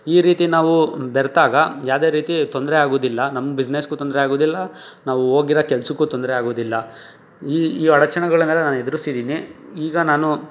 ಈ ರೀತಿ ನಾವು ಬೆರೆತಾಗ ಯಾವುದೇ ರೀತಿ ತೊಂದರೆ ಆಗುವುದಿಲ್ಲ ನಮ್ಮ ಬಿಸ್ನೆಸ್ಗೂ ತೊಂದರೆ ಆಗುವುದಿಲ್ಲ ನಾವು ಹೋಗಿರೋ ಕೆಲಸಕ್ಕೂ ತೊಂದರೆ ಆಗುವುದಿಲ್ಲ ಈ ಅಡೆತಡೆಗಳನ್ನೆಲ್ಲ ನಾನು ಎದ್ರುಸಿದ್ದೀನಿ ಈಗ ನಾನು